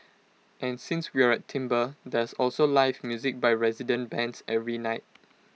and since we're s there's also live music by resident bands every night